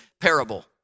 parable